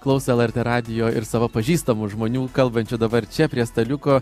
klauso lrt radijo ir savo pažįstamų žmonių kalbančių dabar čia prie staliuko